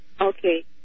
Okay